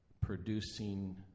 producing